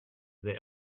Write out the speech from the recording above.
the